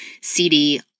CD